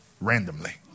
randomly